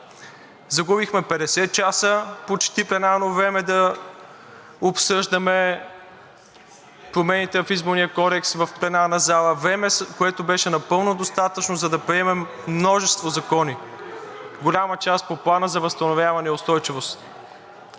Загубихме почти 50 часа пленарно време да обсъждаме промените в Изборния кодекс в пленарната зала – време, което беше напълно достатъчно, за да приемем мнозинство закони, голяма част по Плана за възстановяване и устойчивост.